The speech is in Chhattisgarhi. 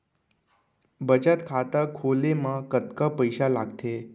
बचत खाता खोले मा कतका पइसा लागथे?